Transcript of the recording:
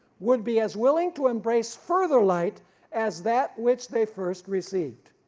would be as willing to embrace further light as that which they first received.